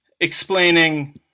explaining